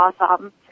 awesome